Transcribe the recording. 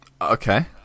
Okay